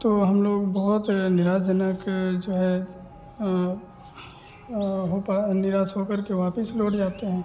तो हम लोग बहुत निराशजनक जो है हो पा निराश होकर के वापस लौट जाते हैं